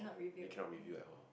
you can not review at all